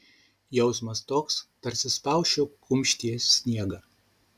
jausmas toks tarsi spausčiau kumštyje sniegą